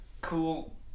cool